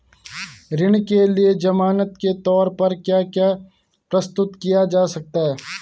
ऋण के लिए ज़मानात के तोर पर क्या क्या प्रस्तुत किया जा सकता है?